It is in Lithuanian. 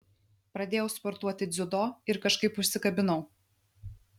pradėjau sportuoti dziudo ir kažkaip užsikabinau